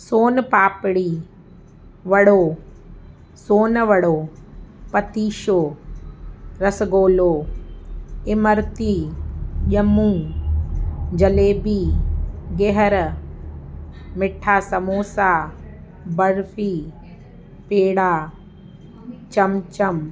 सोनपापड़ी वड़ो सोनवड़ो पतीशो रसगुलो इमरती जमू जलेबी गेहर मीठा सम्बोसा बर्फी पेड़ा चमचम